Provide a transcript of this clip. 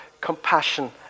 compassion